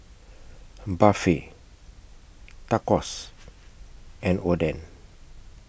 Barfi Tacos and Oden